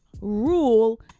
rule